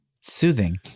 soothing